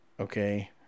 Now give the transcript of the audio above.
okay